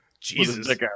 Jesus